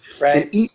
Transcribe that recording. Right